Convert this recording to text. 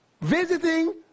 Visiting